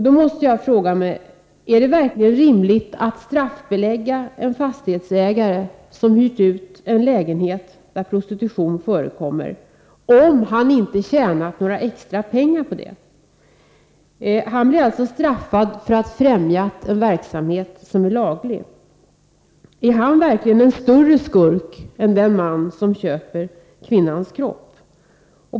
Då måste jag fråga: Är det verkligen rimligt att straffbelägga en fastighetsägare som hyrt ut en lägenhet där prostitution förekommer även om han inte tjänat några extra pengar på det? Han blir alltså straffad för att ha främjat en verksamhet som laglig. Är han verkligen större skurk än den man som köper en kvinnas kropp?